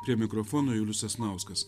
prie mikrofono julius sasnauskas